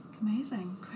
Amazing